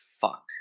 fuck